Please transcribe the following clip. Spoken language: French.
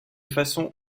façon